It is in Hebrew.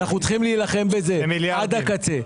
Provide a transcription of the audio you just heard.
אנחנו צריכים להילחם בזה עד הקצה.